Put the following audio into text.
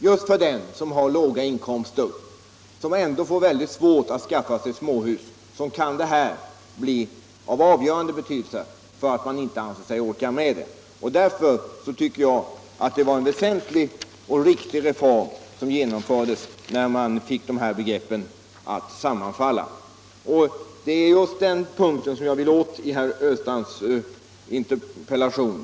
Just för dem som har låga inkomster och därför ändå får svårt att skaffa sig småhus kan detta bli av avgörande betydelse, eftersom de kanske inte anser sig orka med finansieringen. Därför tycker jag att det var en väsentlig och riktig reform som genomfördes när man fick de här begreppen att sammanfalla. Det är just den här punkten som jag vill åt i herr Östrands interpellation.